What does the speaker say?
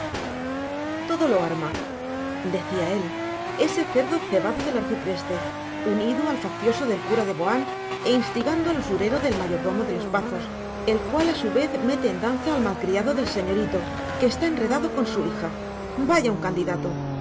todo lo arma decía él ese cerdo cebado del arcipreste unido al faccioso del cura de boán e instigando al usurero del mayordomo de los pazos el cual a su vez mete en danza al malcriado del señorito que está enredado con su hija vaya un candidato